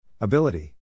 Ability